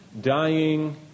dying